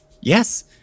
yes